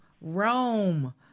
Rome